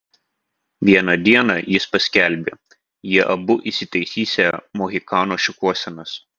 vieną dieną jis paskelbė jie abu įsitaisysią mohikano šukuosenas